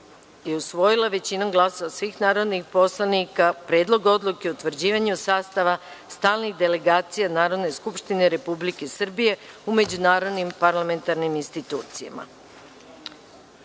usvojila, većinom glasova svih narodnih poslanika, Predlog odluke o utvrđivanju sastava stalnih delegacija Narodne skupštine Republike Srbije u međunarodnim parlamentarnim institucijama. Kako